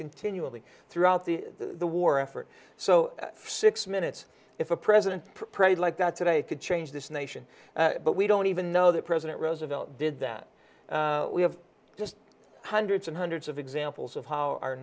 continually throughout the war effort so six minutes if a president prayed like that today could change this nation but we don't even know that president roosevelt did that we have just hundreds and hundreds of examples of how our